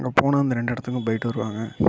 அங்கே போனால் அந்த ரெண்டு இடத்துக்கும் போயிட்டு வருவாங்க